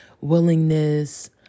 willingness